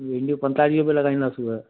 भिंडियूं पंजुतालीह रुपिए लॻाईंदासीं